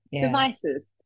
devices